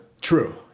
True